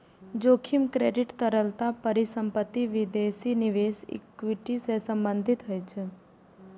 जोखिम क्रेडिट, तरलता, परिसंपत्ति, विदेशी निवेश, इक्विटी सं संबंधित होइ छै